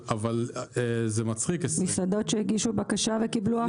אבל זה מצחיק 20. מסעדות שהגישו בקשה וקיבלו הקצאה.